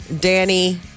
Danny